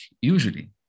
usually